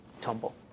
tumble